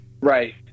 Right